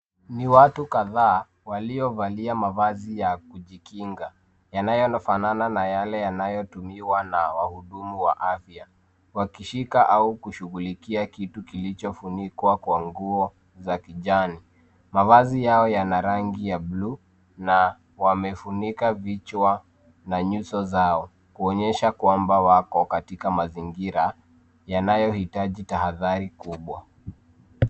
Ni watu kadhaa waliovalia mavazi ya kujikinga yanayo fanana na yale yanayo tumiwa na wahudumu wa afya wakishika au kushughulikia kitu kilicho funikwa kwa nguo za kijani. Mavazi yao yana rangi ya buluu na wamefunika vichwa na nyuso zao kuonyesha kwamba wako katika mazingira yanayo hitaji tahadhari kubwa.